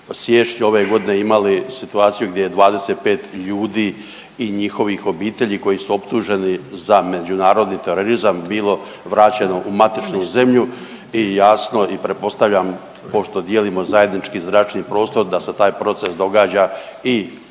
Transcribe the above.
siječnju ove godine imali situaciju gdje je 25 ljudi i njihovih obitelji koji su optuženi za međunarodni terorizam bilo vraćeno u matičnu zemlju i jasno i pretpostavljam pošto dijelimo zajednički zračni prostor da se taj proces događa i